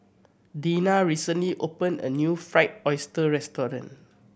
Dena recently opened a new Fried Oyster restaurant